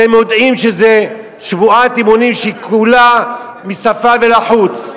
שהם יודעים שזו שבועת אמונים שהיא כולה מהשפה ולחוץ.